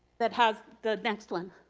that has, the next one.